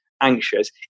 anxious